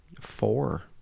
Four